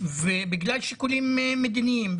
בגלל שיקולים מדיניים.